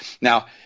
Now